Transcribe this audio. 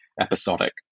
episodic